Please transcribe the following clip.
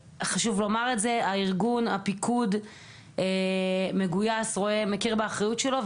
הארגון והפיקוד מגויס ומכיר באחריות שלו,